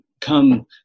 come